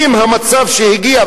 אם המצב שהגיע,